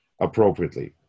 appropriately